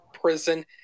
prison